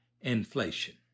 inflation